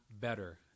better